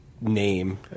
name